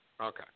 Okay